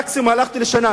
מקסימום הלכתי לשנה.